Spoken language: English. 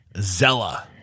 Zella